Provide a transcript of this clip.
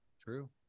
True